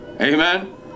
Amen